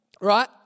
right